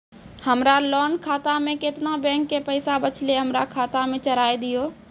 हमरा लोन खाता मे केतना बैंक के पैसा बचलै हमरा खाता मे चढ़ाय दिहो?